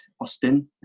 Austin